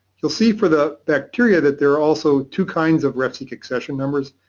you'll see for the bacteria that there are also two kinds of refseq accession numbers,